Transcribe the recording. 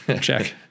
Check